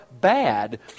bad